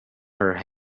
her